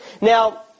Now